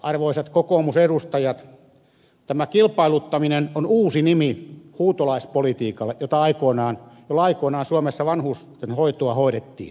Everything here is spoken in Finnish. arvoisat kokoomusedustajat tämä kilpailuttaminen on uusi nimi huutolaispolitiikalle jolla aikoinaan suomessa vanhustenhoitoa hoidettiin